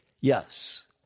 Yes